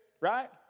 right